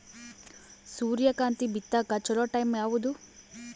ಸೂರ್ಯಕಾಂತಿ ಬಿತ್ತಕ ಚೋಲೊ ಟೈಂ ಯಾವುದು?